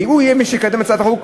ואם הוא מי שיקדם את הצעת החוק,